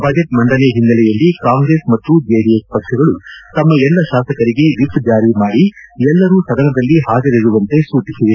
budget ಮಂಡನೆ ಹಿನ್ನೆಲೆಯಲ್ಲಿ Congress ಮತ್ತು ಜೆಡಿಎಸ್ ಪಕ್ಷಗಳು ತಮ್ಮ ಎಲ್ಲಾ ಶಾಸಕರಿಗೆ ವಿಪ್ ಜಾರಿ ಮಾಡಿ ಎಲ್ಲರೂ ಸದನದಲ್ಲಿ ಹಾಜರಿರುವಂತೆ ಸೂಚಿಸಿದೆ